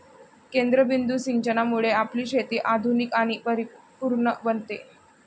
केंद्रबिंदू सिंचनामुळे आपली शेती आधुनिक आणि परिपूर्ण बनते